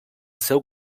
seu